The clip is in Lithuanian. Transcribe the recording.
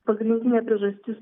pagrindinė priežastis